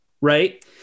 Right